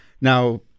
Now